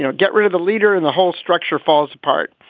you know get rid of the leader in the whole structure falls apart.